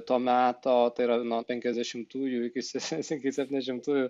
to meto tai yra nuo penkiasdešimtųjų iki se iki septyniašimtųjų